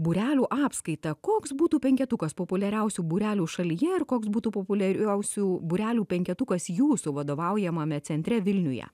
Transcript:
būrelių apskaitą koks būtų penketukas populiariausių būrelių šalyje ir koks būtų populiariausių būrelių penketukas jūsų vadovaujamame centre vilniuje